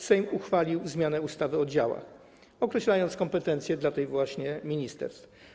Sejm uchwalił zmianę ustawy o działach, określając kompetencje dla tych właśnie ministerstw.